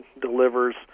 delivers